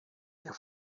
der